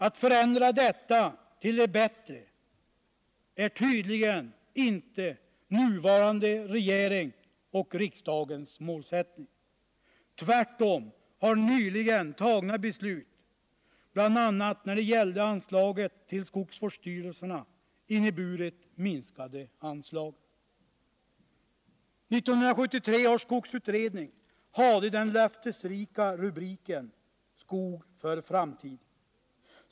Att förändra detta till det bättre är tydligen inte den nuvarande regeringens och riksdagens målsättning. Tvärtom har nyligen tagna beslut bl.a. när det gäller anslaget till skogsvårdsstyrelserna inneburit minskade anslag. 1973 års skogsutredning hade den löftesrika rubriken ”Skog för framtid”.